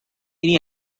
any